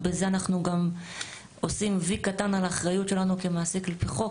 ובזה אנחנו גם עושים וי קטן על האחריות שלנו כמעסיק לפי חוק,